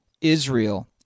Israel